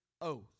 oath